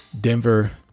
Denver